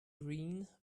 green